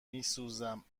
میسوزم